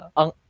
ang